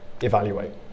Evaluate